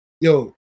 yo